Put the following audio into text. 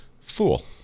fool